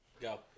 Go